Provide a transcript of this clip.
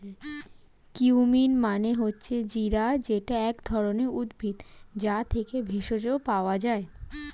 cumin মানে হচ্ছে জিরা যেটা এক ধরণের উদ্ভিদ, যা থেকে ভেষজ পাওয়া যায়